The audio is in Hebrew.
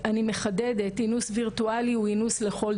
הוזכר כאן הנושא של המטה-ורס, אווטארים.